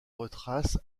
retrace